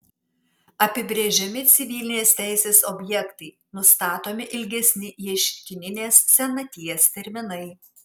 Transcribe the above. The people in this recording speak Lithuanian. apibrėžiami civilinės teisės objektai nustatomi ilgesni ieškininės senaties terminai